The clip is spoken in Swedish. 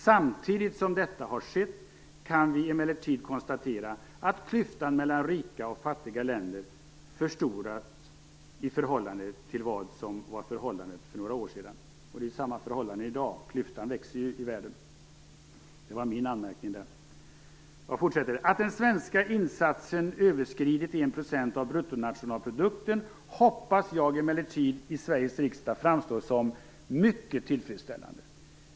Samtidigt som detta har skett kan vi emellertid konstatera att klyftan mellan rika och fattiga länder förstorats i förhållande till vad som var förhållandet för några år sedan." Förhållandet är ju det samma i dag; klyftan växer i världen. Det var min anmärkning. Han fortsätter: "Att den svenska insatsen överskridit 1 % av bruttonationalprodukten hoppas jag emellertid i Sveriges riksdag framstår som mycket tillfredsställande.